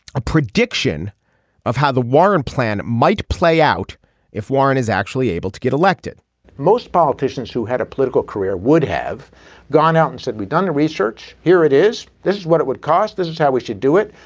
a prediction of how the warren plan might play out if warren is actually able to get elected most politicians who had a political career would have gone out and said we've done the research. here it is. this is what it would cost. this is how we should do it.